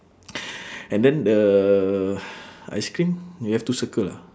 and then the ice cream you have to circle ah